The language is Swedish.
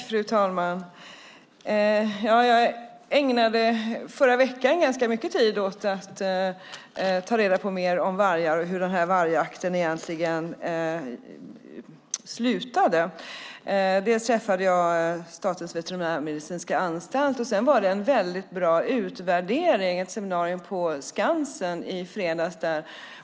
Fru talman! Jag ägnade förra veckan ganska mycket tid åt att ta reda på mer om vargar och hur vargjakten egentligen slutade. Jag träffade representanter för Statens veterinärmedicinska anstalt. Det var en väldigt bra utvärdering, ett seminarium, på Skansen i fredags.